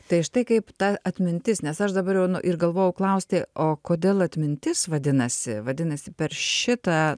tai štai kaip ta atmintis nes aš dabar jau nu ir galvojau klausti o kodėl atmintis vadinasi vadinasi per šitą